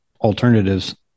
alternatives